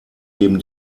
geben